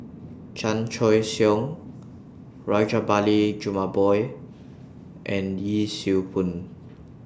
Chan Choy Siong Rajabali Jumabhoy and Yee Siew Pun